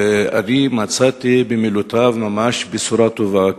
ואני מצאתי במילותיו ממש בשורה טובה,